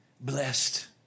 blessed